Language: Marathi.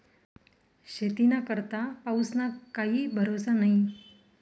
शेतीना करता पाऊसना काई भरोसा न्हई